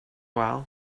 while